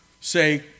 say